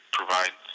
provide